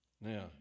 Now